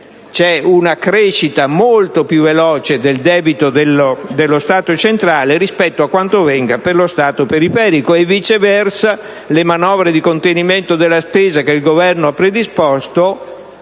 c'è un crescita molto più veloce del debito dello Stato centrale rispetto a quanto avvenga per lo Stato periferico. Viceversa le manovre di contenimento della spesa che il Governo ha predisposto